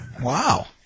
Wow